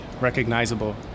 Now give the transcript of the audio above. recognizable